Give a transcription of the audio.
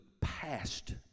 past